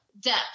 depth